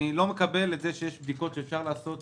אני לא מקבל את זה שיש בדיקות שאפשר לעשות